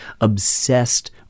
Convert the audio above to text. obsessed